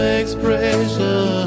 expression